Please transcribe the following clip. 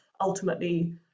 ultimately